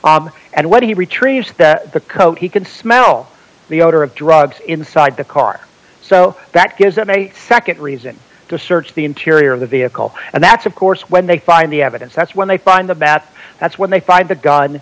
cigarette and when he retrieved the coat he can smell the odor of drugs inside the car so that gives them a nd reason to search the interior of the vehicle and that's of course when they find the evidence that's when they find the bat that's when they find the gun